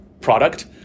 product